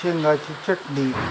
शेंगाची चटणी